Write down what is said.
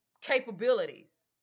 capabilities